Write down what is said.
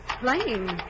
Flame